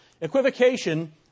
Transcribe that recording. Equivocation